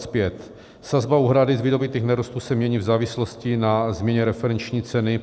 (5) Sazba úhrady z vydobytých nerostů se mění v závislosti na změně referenční ceny.